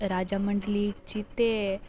राजा मडंलीक जी ते